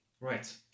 Right